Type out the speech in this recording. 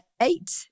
eight